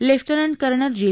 lieutenant colonel जे